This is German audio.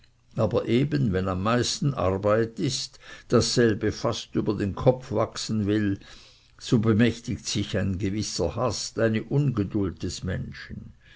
aber eben wenn am meisten arbeit ist dieselbe fast über den kopf wachsen will so bemächtigt sich ein gewisser hast eine ungeduld des menschen